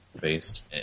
based